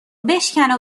بشکن